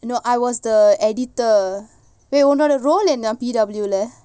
no I was the editor உன்னோட:unnoda role என்ன:enna P_W lah